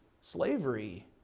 slavery